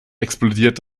explodiert